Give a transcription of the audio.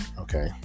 okay